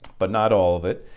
but not all of it,